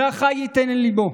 "והחי יתן אל לבו".